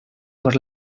por